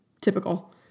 Typical